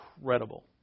incredible